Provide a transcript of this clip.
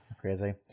crazy